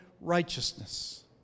righteousness